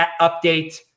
update